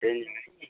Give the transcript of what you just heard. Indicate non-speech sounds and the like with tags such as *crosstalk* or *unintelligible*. *unintelligible*